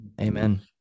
Amen